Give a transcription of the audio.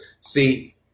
See